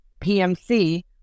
PMC